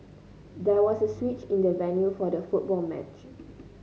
there was a switch in the venue for the football match